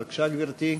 בבקשה, גברתי.